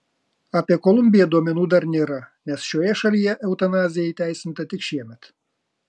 apie kolumbiją duomenų dar nėra nes šioje šalyje eutanazija įteisinta tik šiemet